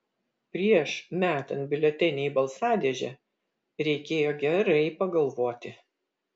prieš metant biuletenį į balsadėžę reikėjo gerai pagalvoti